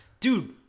Dude